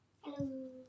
Hello